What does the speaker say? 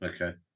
Okay